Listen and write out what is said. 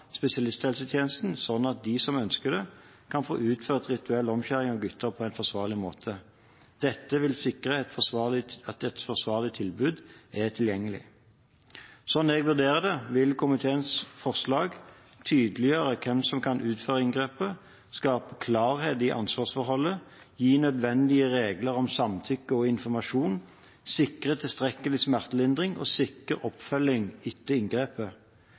spesialisthelsetjenesten slik at de som ønsker det, kan få utført rituell omskjæring av gutter på en forsvarlig måte. Dette vil sikre at et forsvarlig tilbud er tilgjengelig. Slik jeg vurderer det, vil komiteens forslag tydeliggjøre hvem som kan utføre inngrepet, skape klarhet i ansvarsforholdet, gi nødvendige regler om samtykke og informasjon, sikre tilstrekkelig smertelindring og sikre oppfølging etter inngrepet.